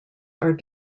are